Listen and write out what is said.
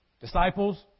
Disciples